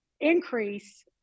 increase